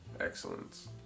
excellence